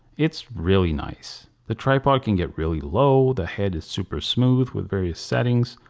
it's really nice. the tripod can get really low, the head is super smooth with various settings.